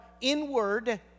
inward